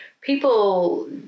people